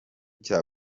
cya